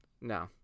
No